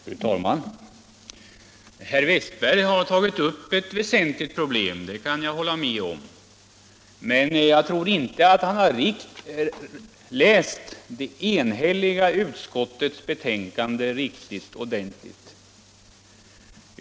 Fru talman! Herr Westberg i Ljusdal har tagit upp ett viktigt problem. Det kan jag hålla med om, men jag tror inte att herr Westberg har läst det enhälliga utskottsbetänkandet ordentligt.